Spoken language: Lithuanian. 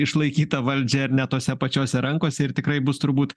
išlaikyta valdžia ar ne tose pačiose rankose ir tikrai bus turbūt